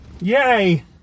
Yay